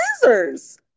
Scissors